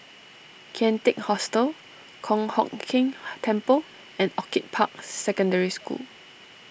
Kian Teck Hostel Kong Hock Keng Temple and Orchid Park Secondary School